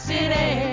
City